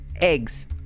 eggs